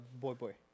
boy-boy